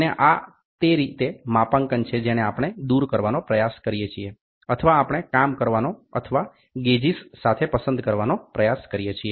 અને આ તે રીતે માપાંકન છે જેને આપણે દૂર કરવાનો પ્રયાસ કરીએ છીએ અથવા આપણે કામ કરવાનો અથવા ગેજીસ સાથે પસંદ કરવાનો પ્રયાસ કરીએ છીએ